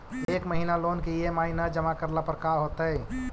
एक महिना लोन के ई.एम.आई न जमा करला पर का होतइ?